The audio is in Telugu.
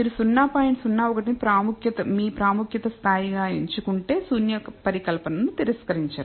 01 ను మీ ప్రాముఖ్యత స్థాయిగా ఎంచుకుంటే శూన్య పరికల్పనను తిరస్కరించరు